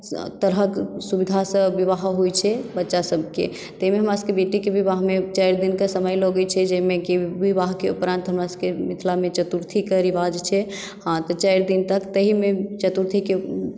सभ तरहक सुविधासँ विवाह होइत छै बच्चा सभकेँ ताहिमे हमरा सभके बेटीके विवाहमे चारि दिनके समय लगैत छै जाहिमे कि विवाहके उपरान्त हमरासभके मिथिलामे चतुर्थी के रिवाज छै अहाँकेँ चारि दिन तक ताहिमे चतुर्थीके